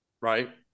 right